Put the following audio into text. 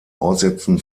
aussetzen